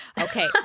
Okay